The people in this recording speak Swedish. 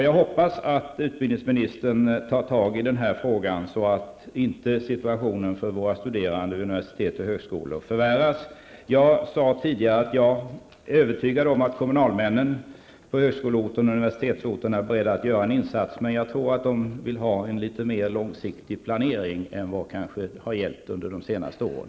Jag hoppas att utbildningsministern tar tag i den här frågan, så att situationen för våra studerande vid universitet och högskolor inte förvärras. Jag sade tidigare att jag är övertygad om att kommunalmännen på högskole och universitetsorterna är beredda att göra en insats, men jag tror att de vill ha en litet mer långsiktig planering än vad som har gällt under de senaste åren.